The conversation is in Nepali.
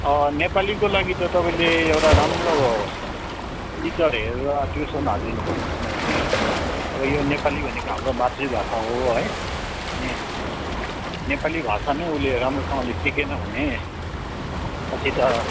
नेपालीको लागि त तपाईँले एउटा राम्रो टिचर हेरेर ट्युसन हालिदिनुपऱ्यो किनभने अब यो नेपाली भनेको हाम्रो मातृभाषा हो है नि नेपाली भाषा नै उसले राम्रोसँगले सिकेन भने पछि त